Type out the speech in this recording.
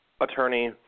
attorney